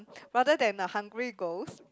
rather than a Hungry Ghost